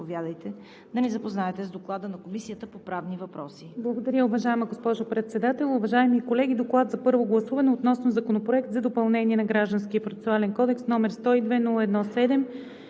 да ни запознаете с Комисията по правни въпроси.